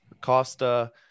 costa